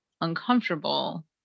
uncomfortable